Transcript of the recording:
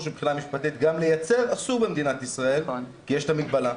שמבחינה משפטית גם לייצר אסור במדינת ישראל כי יש מגבלה.